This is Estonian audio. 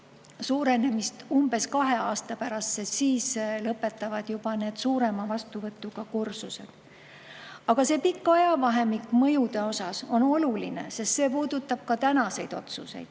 suurenemist umbes kahe aasta pärast, sest siis lõpetavad juba need suurema vastuvõtuga kursused. Aga see pikk ajavahemik on mõju mõttes oluline, sest see puudutab ka tänaseid otsuseid.